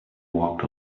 walked